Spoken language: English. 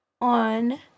on